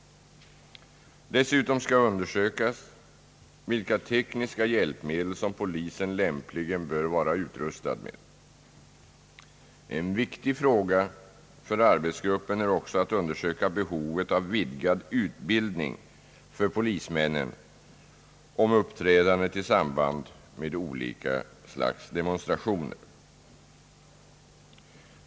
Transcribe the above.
Dessutom skall undersökas vilka särskilda tekniska hjälp medel som polisen lämpligen bör vara utrustad med. En viktig fråga för arbetsgruppen är också att undersöka behovet av vidgad utbildning för polismännen angående uppträdandet i samband med olika slags demonstrationer.